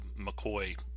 McCoy